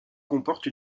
comporte